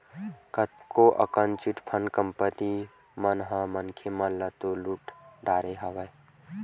कतको अकन chit fund company मन ह मनखे मन ल लुट डरे हवय